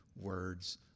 words